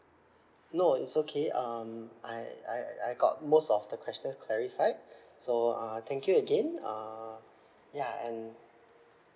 no it's okay um I I I got most of the question clarified so uh thank you again uh ya and